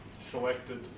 selected